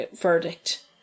verdict